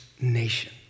nation